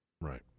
Right